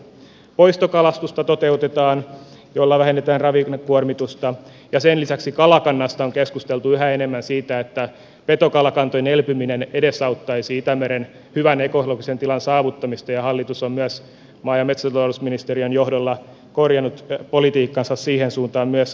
poistokalastusta toteutetaan ja sillä vähennetään ravinnekuormitusta ja sen lisäksi kalakannasta on keskusteltu yhä enemmän että petokalakantojen elpyminen edesauttaisi itämeren hyvän ekologisen tilan saavuttamista ja hallitus on maa ja metsätalousministeriön johdolla korjannut politiikkaansa siihen suuntaan myös kalastuskantojen turvaamisessa